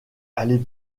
aller